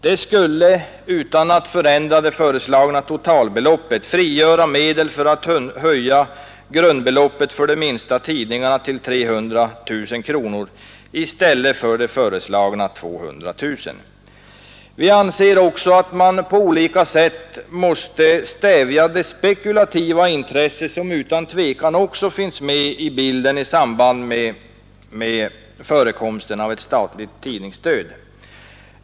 Det skulle — utan att förändra det föreslagna totalbeloppet — frigöra medel för att kunna höja grundbeloppet för de minsta tidningarna till 300 000 kronor i stället för föreslagna 200 000. Vi anser också att man på olika sätt måste stävja det spekulativa intresse som utan tvivel på olika sätt finns med i bilden i samband med förekomsten av ett statligt tidningsstöd.